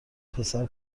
پسر